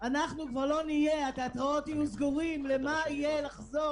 דיברנו על העניין הזה של מחזור,